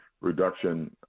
reduction